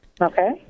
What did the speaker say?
Okay